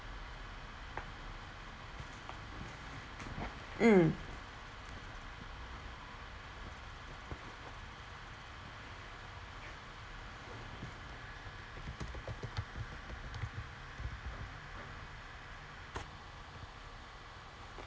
mm